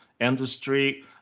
industry